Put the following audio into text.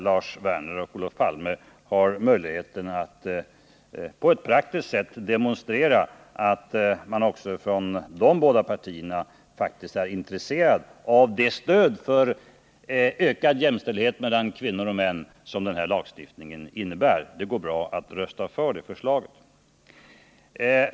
Lars Werner och Olof Palme har då möjligheten att på ett praktiskt sätt demonstrera att också deras partier faktiskt är intresserade av det stöd för ökad jämställdhet mellan kvinnor och män som den här lagstiftningen innebär. Det går bra att då rösta för det förslaget.